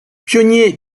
pionnier